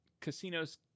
Casinos